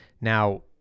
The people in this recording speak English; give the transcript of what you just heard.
Now